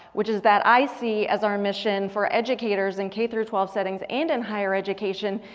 which is that i see as our mission for educators in k through twelve settings and in higher education.